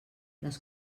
les